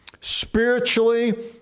Spiritually